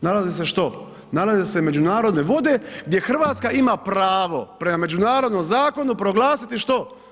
nalazi se što, nalaze se međunarodne vode gdje Hrvatska ima pravo prema međunarodnom zakonu proglasiti što?